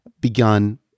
begun